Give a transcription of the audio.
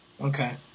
Okay